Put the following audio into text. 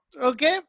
Okay